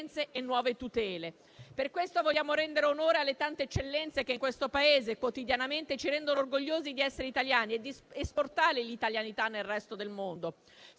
Per questo vogliamo rendere onore alle tante eccellenze che in questo Paese quotidianamente ci rendono orgogliosi di essere italiani e di esportare l'italianità nel resto del mondo.